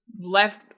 left